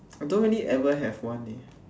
I don't really ever have one eh